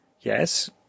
Yes